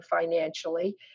financially